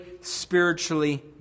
spiritually